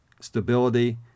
stability